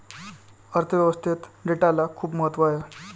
अर्थ व्यवस्थेत डेटाला खूप महत्त्व आहे